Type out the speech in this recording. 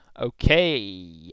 Okay